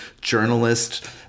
journalist